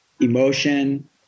emotion